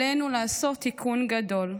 עלינו לעשות תיקון גדול.